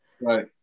Right